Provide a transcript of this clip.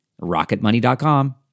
Rocketmoney.com